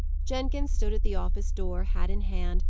jenkins stood at the office door, hat in hand,